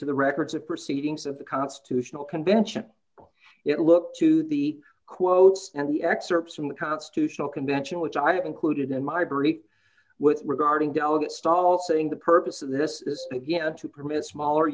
to the records of proceedings of the constitutional convention it looked to be quotes and the excerpts from the constitutional convention which i have included in my brief was regarding delegate stall saying the purpose of this is again to permit smaller